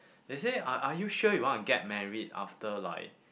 they said are are you sure you want to get married after like